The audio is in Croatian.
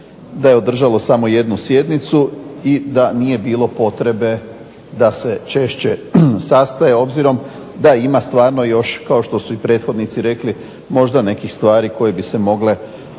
da je održalo samo jednu sjednicu i da nije bilo potrebe da se češće sastaje obzirom da ima stvarno još kao što su i prethodnici rekli možda nekih stvari koje bi se mogle